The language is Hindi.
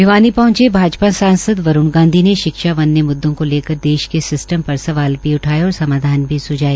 भिवानी पहंचे भाजपा सांसद वरूण गांधी ने शिक्षा व अन्य मुद्दों को लेकर देश के सिस्टम पर सवाल भी उठाए और समाधान भी स्झए